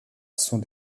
sont